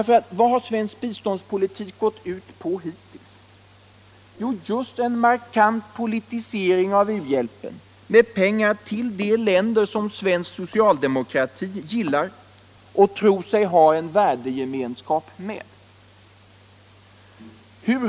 Vad har svensk biståndspolitik gått ut på hittills? Jo, just en markant politisering av u-hjälpen med pengar till de länder som svensk socialdemokrati gillar och tror sig ha en värdegemenskap med.